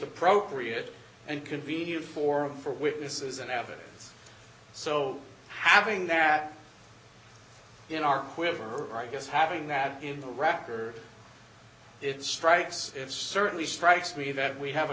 appropriate and convenient forum for witnesses and evidence so having that in our quiver i guess having that in the record it strikes if certainly strikes me that we have a